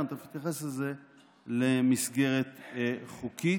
אולי תקריא לכולנו,